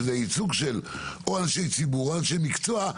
שזה ייצוג של אנשי ציבור או אנשי מקצוע,